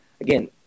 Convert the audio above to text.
Again